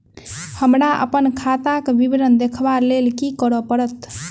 हमरा अप्पन खाताक विवरण देखबा लेल की करऽ पड़त?